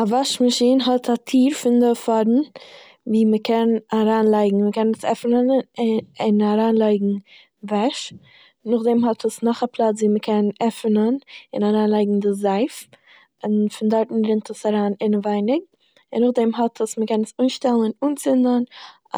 א וואש מאשין האט א טיר פון די פארנט ווי מ'קען אריינלייגן- ווי מ'קען עס עפענען או- און אריינלייגן וועש, נאכדעם האט עס נאך א פלאץ ווי מ'קען עפענען און אריינלייגן די זייף און פון דארטן רינט עס אריין אינעווייניג און נאכדעם האט עס מ'קען עס אנשטעלן און אנצינדן